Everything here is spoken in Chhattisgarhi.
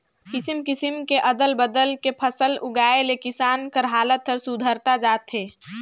किसम किसम के अदल बदल के फसल उगाए ले किसान कर हालात हर सुधरता जात हे